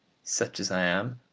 such as i am,